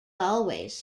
always